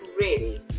ready